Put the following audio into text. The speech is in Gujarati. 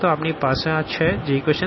તો આપણી પાસે છે 1v12v23v34v40